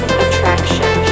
attraction